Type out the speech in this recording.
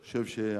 אני חושב שהמקום,